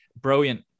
Brilliant